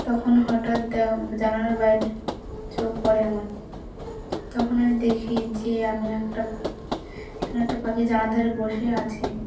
তখন হঠাৎ জানালার বাইরে চোখ পড়ে আমার তখন আমি দেখি যে আমি একটা একটা পাখি জানালার ধারে বসে আছে